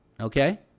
okay